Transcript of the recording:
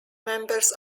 members